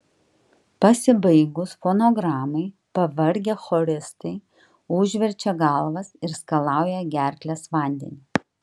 pasibaigus fonogramai pavargę choristai užverčia galvas ir skalauja gerkles vandeniu